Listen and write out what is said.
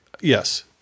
Yes